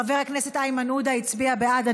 חבר הכנסת איימן עודה הצביע בעד.